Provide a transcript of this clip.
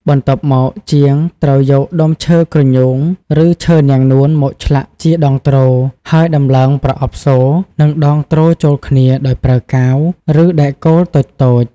បន្ទាប់មក ជាងត្រូវយកដុំឈើគ្រញូង ឬឈើនាងនួនមកឆ្លាក់ជាដងទ្រ ហើយដំឡើងប្រអប់សូរ និងដងទ្រចូលគ្នាដោយប្រើកាវ ឬដែកគោលតូចៗ។